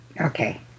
Okay